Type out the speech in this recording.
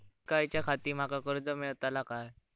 शिकाच्याखाती माका कर्ज मेलतळा काय?